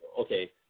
okay